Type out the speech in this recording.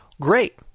Great